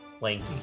lanky